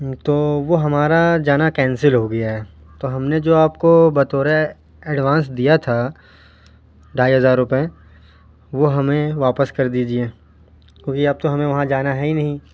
تو وہ ہمارا جانا کینسل ہو گیا ہے تو ہم نے جو آپ کو بطور ایڈوانس دیا تھا ڈھائی ہزار روپئے وہ ہمیں واپس کر دیجیے کیونکہ اب تو ہمیں وہاں جانا ہے ہی نہیں